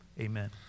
Amen